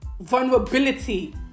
vulnerability